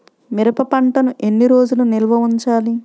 మిరప పంటను ఎన్ని రోజులు నిల్వ ఉంచాలి?